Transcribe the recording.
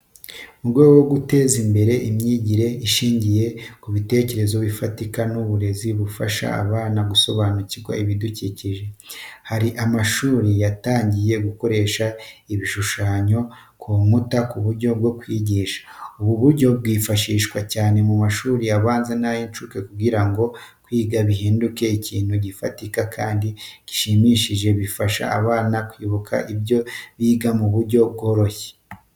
Mu rwego rwo guteza imbere imyigire ishingiye ku bitekerezo bifatika n’uburezi bufasha abana gusobanukirwa ibidukikije, hari amashuri yatangiye gukoresha ibishushanyo ku nkuta nk’uburyo bwo kwigisha. Ubu buryo bwifashishwa cyane mu mashuri abanza n’ay’incuke kugira ngo kwiga bihinduke ibintu bifatika kandi bishimishije, bigafasha abana kwibuka ibyo biga mu buryo bworoshye.